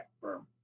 firm